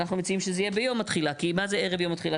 אנחנו מציעים שזה יהיה ביום התחילה כי מה זה ערב יום התחילה?